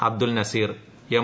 Abdul Naseer M